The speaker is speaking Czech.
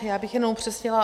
Já bych jenom upřesnila.